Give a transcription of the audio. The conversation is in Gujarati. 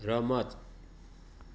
રમત